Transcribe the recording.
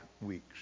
weeks